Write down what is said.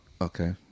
okay